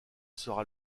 sera